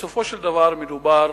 בסופו של דבר מדובר